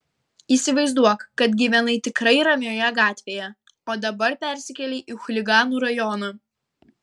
įsivaizduok kad gyvenai tikrai ramioje gatvėje o dabar persikėlei į chuliganų rajoną